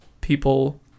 people